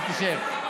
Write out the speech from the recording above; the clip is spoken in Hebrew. אתה לא מתבייש, מה זה?